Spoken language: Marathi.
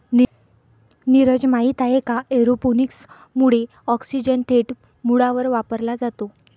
नीरज, माहित आहे का एरोपोनिक्स मुळे ऑक्सिजन थेट मुळांवर वापरला जातो